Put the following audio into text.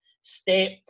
step